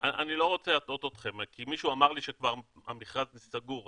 אני לא רוצה להטעות אתכם כי מישהו אמר לי שהמכרז סגור.